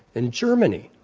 in germany,